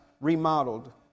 remodeled